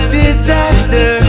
disaster